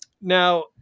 Now